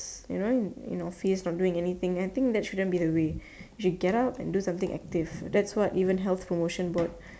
you know in the office not doing anything I think that shouldn't be the way you should get up and do something active that's what even health promotion board